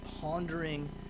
pondering